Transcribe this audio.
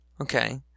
okay